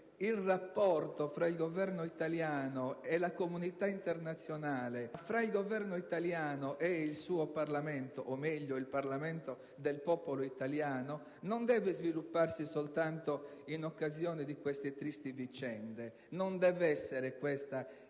il rapporto tra il Governo italiano e la comunità internazionale, ma anche fra il Governo italiano e il suo Parlamento (o meglio il Parlamento del popolo italiano) non deve svilupparsi soltanto in occasione di queste tristi vicende: in buona sostanza, questa non